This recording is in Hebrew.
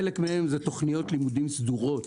חלק מהן הן תוכניות לימודים סדורות,